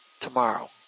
tomorrow